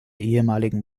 ehemaligen